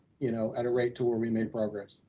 you know, at a rate to where we made progress.